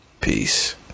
Peace